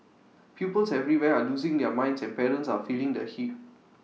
pupils everywhere are losing their minds and parents are feeling the heat